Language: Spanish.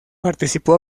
participó